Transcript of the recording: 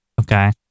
Okay